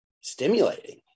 stimulating